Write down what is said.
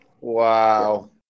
wow